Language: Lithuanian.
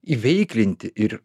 iveikrinti ir